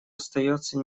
остается